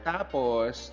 Tapos